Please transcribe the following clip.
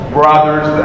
brothers